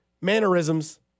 mannerisms